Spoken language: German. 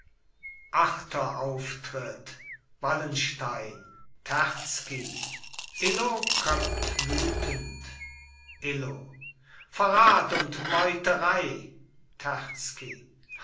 achter auftritt wallenstein terzky illo kommt wütend illo verrat und meuterei